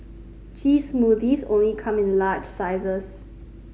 cheese smoothies only come in large sizes